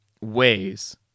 ways